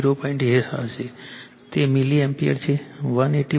8 હશે તે milliampere છે 180